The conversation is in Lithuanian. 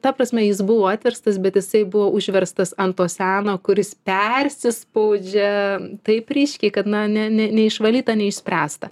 ta prasme jis buvo atverstas bet jisai buvo užverstas ant to seno kuris persispaudžia taip ryškiai kad na ne ne neišvalyta neišspręsta